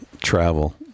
travel